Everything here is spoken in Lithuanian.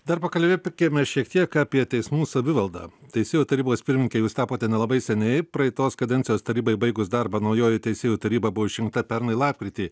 dar pakalbėkime šiek tiek apie teismų savivaldą teisėjų tarybos pirmininke jūs tapote nelabai seniai praeitos kadencijos tarybai baigus darbą naujoji teisėjų taryba buvo išrinkta pernai lapkritį